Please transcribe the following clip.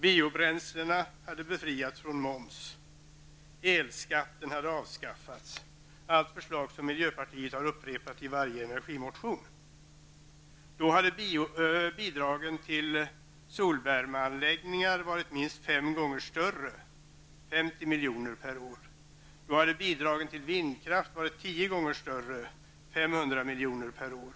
Biobränslena hade befriats från moms. Elskatten hade avskaffats. Allt detta är förslag som miljöpartiet upprepat i varje energimotion. Då hade bidragen till solvärmeanläggningar varit minst fem gånger större: 50 miljoner år.